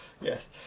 Yes